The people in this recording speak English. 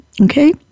okay